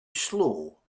slow